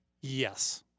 Yes